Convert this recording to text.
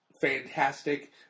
fantastic